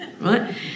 Right